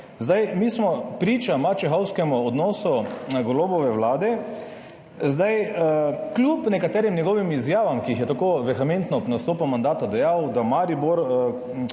Mi smo priča mačehovskemu odnosu Golobove vlade. Kljub nekaterim njegovim izjavam, ki jih je tako vehementno ob nastopu mandata, je dejal, da bo Maribor